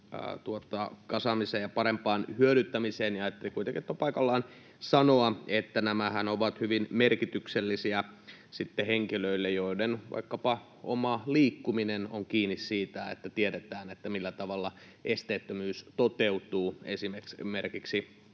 kasaamiseen ja parempaan hyödyntämiseen, niin ajattelin kuitenkin, että on paikallaan sanoa, että nämähän ovat hyvin merkityksellisiä henkilöille, joiden vaikkapa oma liikkuminen on kiinni siitä, että tiedetään, millä tavalla esteettömyys toteutuu esimerkiksi